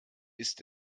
ist